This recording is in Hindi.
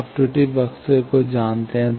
तो आप त्रुटि बक्से को जानते हैं